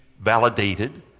validated